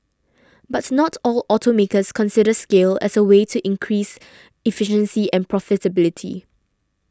but not all automakers consider scale as a way to increased efficiency and profitability